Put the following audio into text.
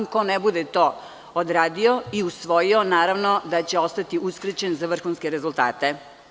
Ko ne bude to odradio i usvojio naravno da će ostati uskraćen za vrhunske rezultate.